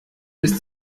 ist